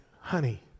honey